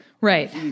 Right